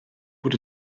bod